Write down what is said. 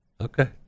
Okay